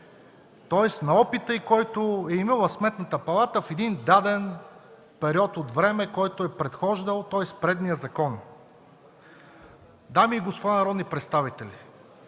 тоест на опита, който има Сметната палата в един даден период от време, който е предхождал, тоест предния закон. Дами и господа народни представители,